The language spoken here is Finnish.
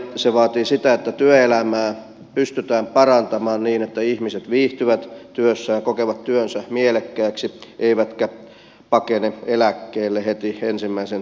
se vaatii sitä että työelämää pystytään parantamaan niin että ihmiset viihtyvät työssään kokevat työnsä mielekkääksi eivätkä pakene eläkkeelle heti ensimmäisen tilaisuuden tullen